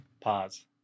Pause